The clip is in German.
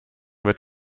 wird